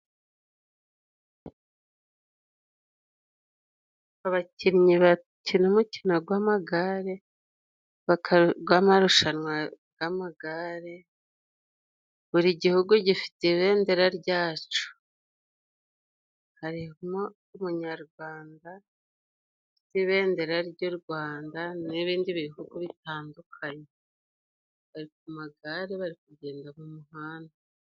Abakinnyi bakina umukino rw'amagare baka rw'amarushanwa y'amagare. Buri gihugu gifite ibendera ryaco. Harimo n'umuyarwanda ufite ibendera ry'u Rwanda n'ibindi bihugu bitandukanye. Ku magare bari kugenda mu muhanda.